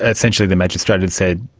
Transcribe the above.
essentially the magistrate had said,